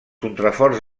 contraforts